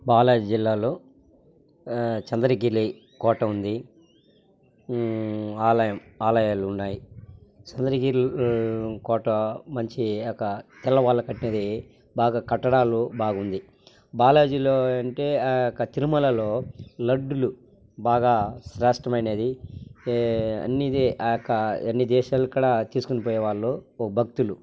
బాలాజీ జిల్లాలో చంద్రగిరి కోట ఉంది ఆలయం ఆలయాలు ఉన్నాయ్ చంద్రగిరి కోట మంచి ఒక తెల్లవాళ్ళు కట్టినది బాగా కట్టడాలు బాగుంది బాలాజీలో అంటే ఇంకా తిరుమలలో లడ్డులు బాగా శ్రేష్టమైనది అన్ని కా యొక్క అన్ని దేశాలు కూడా తీసుకొని పోయేవాళ్ళు భక్తులు